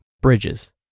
bridges